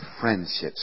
friendships